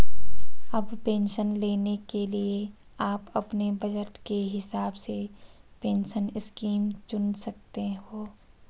अब पेंशन लेने के लिए आप अपने बज़ट के हिसाब से पेंशन स्कीम चुन सकते हो